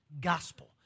Gospel